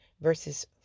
verses